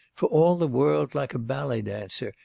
for all the world like a ballet-dancer,